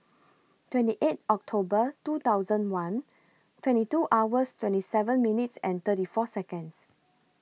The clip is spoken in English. twenty eight October two thousand one twenty two hours twenty seven minutes thirty four Seconds